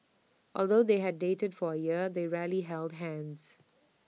although they had dated for A year they rarely held hands